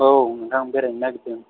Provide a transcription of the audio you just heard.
औ नोंथां बेरायनो नागेरदों